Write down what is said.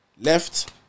Left